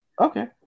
Okay